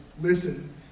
listen